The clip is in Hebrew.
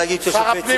למה להגיד שהשופט סיבך?